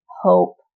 hope